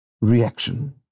reaction